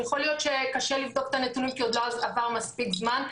יכול להיות שקשה לבדוק את הנתונים כי עוד לא עבר מספיק זמן,